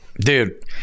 dude